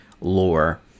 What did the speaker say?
lore